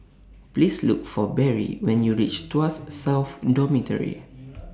Please Look For Barry when YOU REACH Tuas South Dormitory